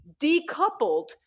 decoupled